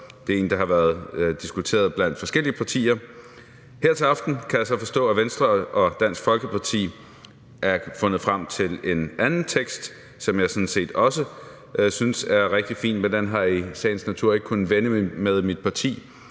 Det er en, der har været diskuteret blandt forskellige partier. Her til aften kan jeg så forstå, at Venstre og Dansk Folkeparti har fundet frem til en anden tekst, som jeg sådan set også synes er rigtig fin, men den har jeg i sagens natur ikke kunnet vende med mit parti.